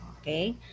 okay